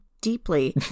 deeply